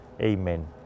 Amen